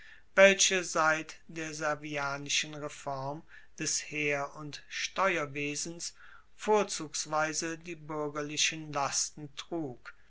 welche seit der servianischen reform des heer und steuerwesens vorzugsweise die buergerlichen lasten trug